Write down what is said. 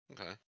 okay